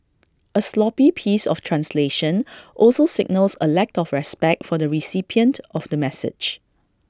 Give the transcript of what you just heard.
A sloppy piece of translation also signals A lack of respect for the recipient of the message